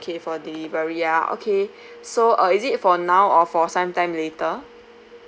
okay for delivery ya okay so uh is it for now or for sometime later